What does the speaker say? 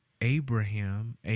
Abraham